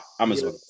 Amazon